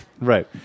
Right